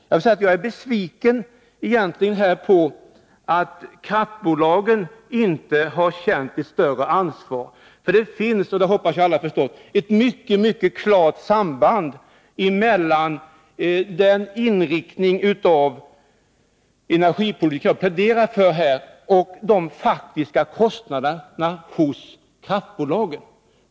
Jag vill säga att jag egentligen är besviken på att kraftbolagen inte har känt ett större ansvar. Det finns ju — jag hoppas att alla förstår det — ett mycket klart samband mellan den inriktning av energipolitiken som jag har pläderat för här och de faktiska kostnaderna hos kraftbolagen.